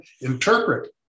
interpret